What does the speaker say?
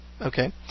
Okay